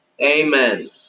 Amen